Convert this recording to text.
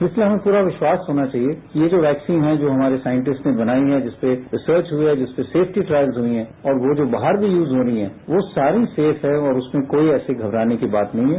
इसलिए हमें पूरा विश्वास होना चाहिए कि ये जो वैक्सीन हैं जो हमारे साइंटिस्ट्स ने बनाई हैं जिसपर रिसर्च हुई हैं जिसपर सेफ्टी ट्रायल्स हुए हैं और वो जो बाहर भी यूज होनी हैं वो सारी सेफ हैं और उसमें कोई ऐसी घबराने वाली बात नहीं हैं